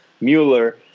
Mueller